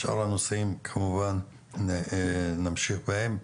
שאר הנושאים כמובן נמשיך בהם,